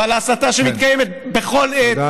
ועל ההסתה, על ההסתה, שמתקיימת בכל עת.